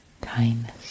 kindness